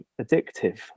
addictive